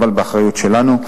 אבל באחריות שלנו.